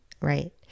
Right